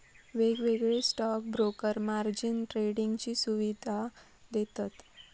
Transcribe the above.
वेगवेगळे stock broker margin ट्रेडिंगची सुवीधा देतत